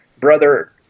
brother